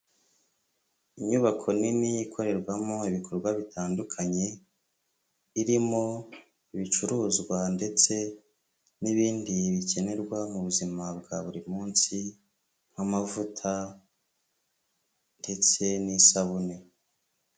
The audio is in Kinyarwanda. Inyubako nini ikorerwamo ibikorwa bitandukanye, irimo ibicuruzwa ndetse n'ibindi bikenerwa mu buzima bwa buri munsi nk'amavuta ndetse n'isabune.